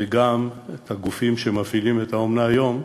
וגם את הגופים שמפעילים את האומנה היום,